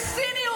לשיטתך.